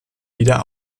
wieder